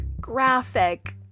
graphic